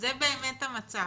שזה באמת המצב.